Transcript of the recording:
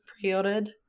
pre-ordered